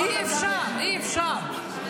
אי-אפשר, אי-אפשר.